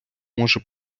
може